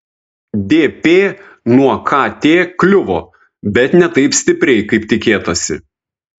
dp nuo kt kliuvo bet ne taip stipriai kaip tikėtasi